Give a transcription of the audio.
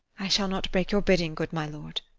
i shall not break your bidding, good my lord.